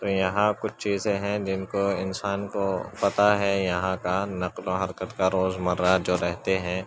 تو یہاں کچھ چیزیں ہیں جن کو انسان کو پتا ہے یہاں کا نقل و حرکت کا روز مرہ جو رہتے ہیں